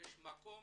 יש מקום